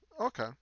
okay